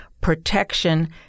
protection